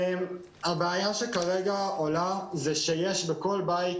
הבעיה שעולה כרגע היא שיש בכל בית,